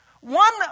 One